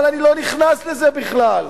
אבל אני לא נכנס לזה בכלל.